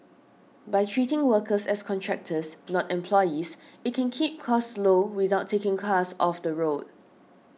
by treating workers as contractors not employees it can keep costs low without taking cars off the road